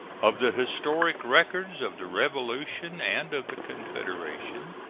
of the historic records of the revolution and of the confederation,